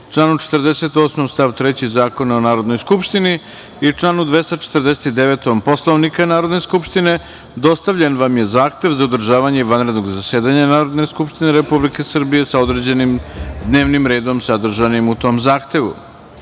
članu 48. stav 3. Zakona o Narodnoj skupštini i članu 249. Poslovnika Narodne skupštine, dostavljen vam je zahtev za održavanje vanrednog zasedanja Narodne skupštine Republike Srbije sa određenim dnevnim redom sadržanim u tom zahtevu.Za